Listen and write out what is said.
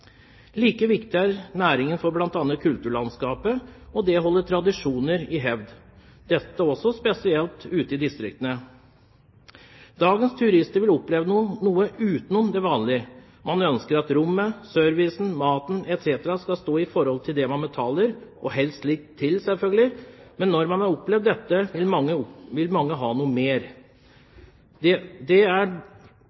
Like viktig er næringen for bl.a. kulturlandskapet og det å holde tradisjoner i hevd. Dette gjelder også spesielt ute i distriktene. Dagens turister vil oppleve noe utenom det vanlige. Man ønsker at rommet, servicen, maten etc. skal stå i forhold til det man betaler, og selvfølgelig helst litt til. Men når man har opplevd dette, vil mange ha noe mer. Da er det for mange